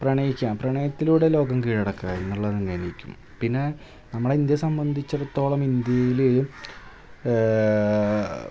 പ്രണയിക്കുക പ്രണയത്തിലൂടെ ലോകം കിഴടക്കാം എന്നുള്ളത് തന്നെയാണ് എനിക്കും പിന്നെ നമ്മളുടെ ഇന്ത്യയെ സംബന്ധിച്ചിടത്തോളം ഇന്ത്യയിലെയും